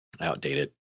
outdated